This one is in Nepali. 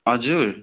हजुर